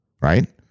right